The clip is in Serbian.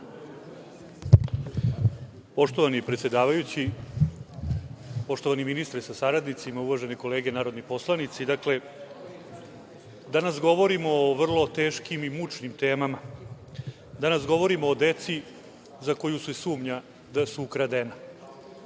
Poštovani predsedavajući, poštovani ministre sa saradnicima i uvažene kolege narodni poslanici, danas govorimo o vrlo teškim i mučnim temama. Danas govorimo o deci za koju se sumnja da su ukradena,